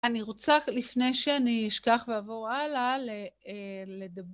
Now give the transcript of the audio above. אני רוצה לפני שאני אשכח ואעבור הלאה לדבר